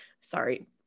Sorry